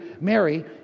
Mary